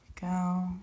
go